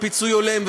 ופיצוי הולם,